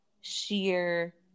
sheer